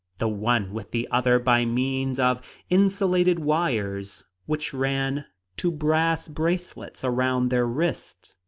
the one with the other by means of insulated wires which ran to brass bracelets around their wrists.